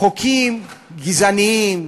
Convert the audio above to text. חוקים גזעניים,